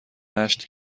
نشت